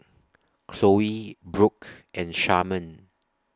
Khloe Brook and Sharman